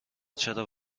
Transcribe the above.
چرا